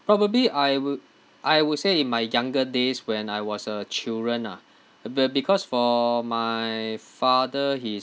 probably I would I would say in my younger days when I was a children ah be~ because for my father he's